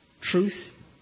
truth